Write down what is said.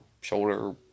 shoulder